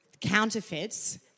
counterfeits